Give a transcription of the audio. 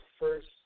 first